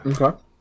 Okay